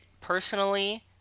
personally